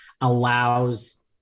allows